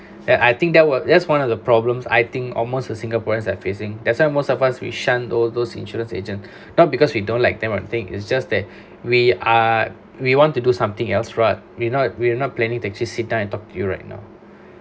that I think that that's one of the problems I think almost the singaporeans are facing that's why most of us we shun all those insurance agent not because we don't like them I think it's just that we are we want to do something else right we're not we're not planning to actually sit down and talk to you right now